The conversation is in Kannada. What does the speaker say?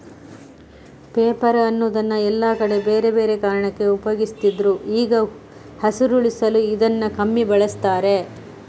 ಪೇಪರ್ ಅನ್ನುದನ್ನ ಎಲ್ಲಾ ಕಡೆ ಬೇರೆ ಬೇರೆ ಕಾರಣಕ್ಕೆ ಉಪಯೋಗಿಸ್ತಿದ್ರು ಈಗ ಹಸಿರುಳಿಸಲು ಇದನ್ನ ಕಮ್ಮಿ ಬಳಸ್ತಾರೆ